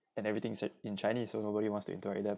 and everything is said in chinese so nobody wants to interact with them